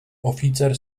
oficer